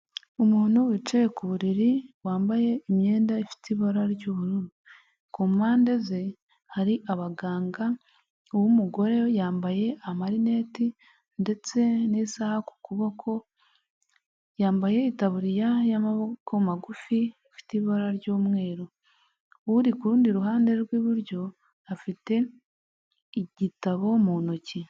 Umuntu wicaye ku buriri wambaye imyenda ifite ibara ry'ubururu ku mpande ze hari abaganga b'umugore yambaye amarineti ndetse n'isaha ku kuboko, yambaye itaburiya y'amaboko magufi ifite ibara ry'umweru, uri kuru rundi ruhande rw'iburyo, afite igitabo mu ntoki.